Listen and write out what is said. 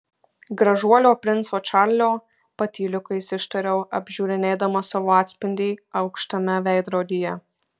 gražuolio princo čarlio patyliukais ištariau apžiūrinėdama savo atspindį aukštame veidrodyje